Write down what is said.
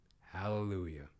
Hallelujah